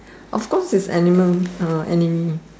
of course it's animal uh enemy